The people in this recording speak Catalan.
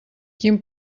quin